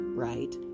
right